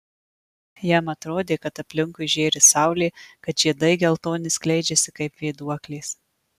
jam atrodė kad aplinkui žėri saulė kad žiedai geltoni skleidžiasi kaip vėduoklės